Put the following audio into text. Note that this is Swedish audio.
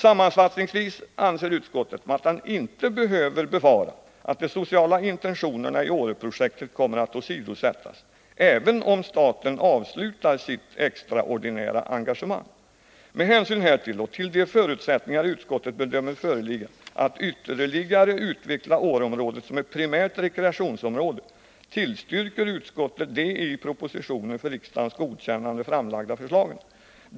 Sammanfattningsvis anser utskottet att man inte behöver befara att de sociala intentionerna i Åreprojektet kommer att åsidosättas även om staten avslutar sitt extraordinära engagemang. Med hänsyn härtill och till de förutsättningar utskottet bedömer föreligga att ytterligare utveckla Åreområdet som ett primärt rekreationsområde tillstyrker utskottet de i propositionen, för riksdagens godkännande, framlagda förslagen.